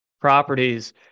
properties